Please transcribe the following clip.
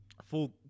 full